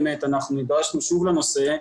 אנחנו נדרשנו שוב לנושא.